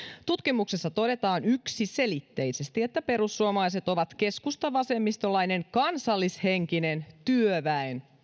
tutkimuksessa todetaan yksiselitteisesti että perussuomalaiset on keskusta vasemmistolainen kansallishenkinen työväenpuolue